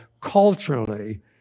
culturally